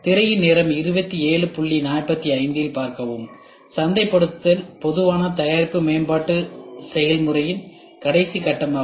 திரையின் நேரம் 2745 இல் பார்க்கவும் சந்தைப்படுத்தல் பொதுவான தயாரிப்பு மேம்பாட்டு செயல்முறையின் கடைசி கட்டமாகும்